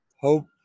hope